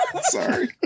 Sorry